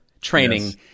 training